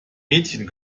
mädchen